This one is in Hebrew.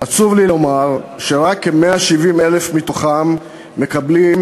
עצוב לי לומר שרק כ-170,000 מתוכם מקבלים